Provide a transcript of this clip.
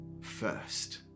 first